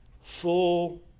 full